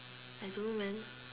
I don't know man